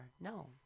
No